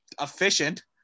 efficient